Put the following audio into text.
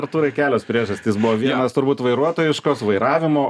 artūrai kelios priežastys buvo vienos turbūt vairuotojiškos vairavimo